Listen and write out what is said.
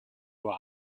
who